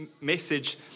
message